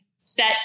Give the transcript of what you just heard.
set